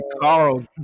carl